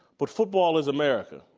but football is america.